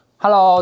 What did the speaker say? Hello